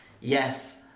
Yes